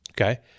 Okay